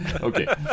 Okay